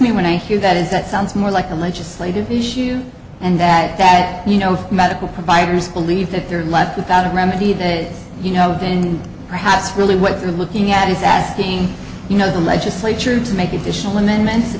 me when i hear that is that sounds more like a legislative issue and that that you know medical providers believe that they're left without a remedy that you know then perhaps really what they're looking at is asking you know the legislature to make additional amendment